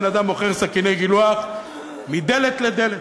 הבן-אדם מוכר סכיני גילוח מדלת לדלת.